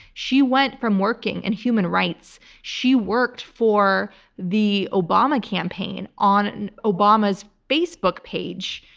she went from working in human rights she worked for the obama campaign on obama's facebook page.